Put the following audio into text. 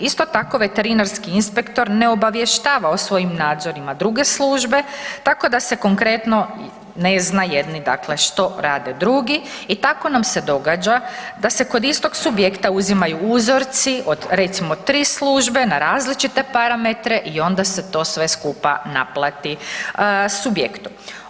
Isto tako veterinarski inspektor ne obavještava o svojim nadzorima druge službe, tako da se konkretno ne zna jedni dakle što rade drugi i tako nam se događa da se kod istog subjekta uzimaju uzorci od recimo 3 službe na različite parametre i onda se to sve skupa naplati subjektu.